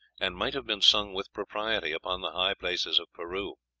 and might have been sung with propriety upon the high places of peru